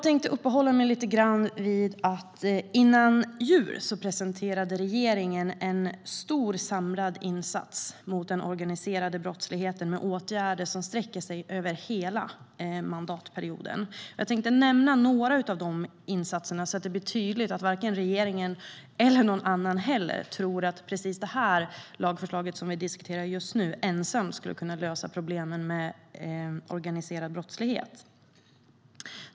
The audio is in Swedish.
Före jul presenterade regeringen en stor samlad insats mot den organiserade brottsligheten med åtgärder som sträcker sig över hela mandatperioden. Jag tänkte nämna några av dessa insatser så att ingen tror att det lagförslag vi nu diskuterar ensamt ska lösa problemen med organiserad brottslighet.